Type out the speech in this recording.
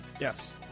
Yes